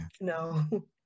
no